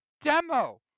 demo